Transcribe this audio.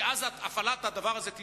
שאז הפעלת הדבר הזה תידחה,